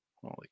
Holy